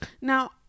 Now